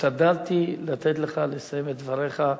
השתדלתי לתת לך לסיים את דבריך,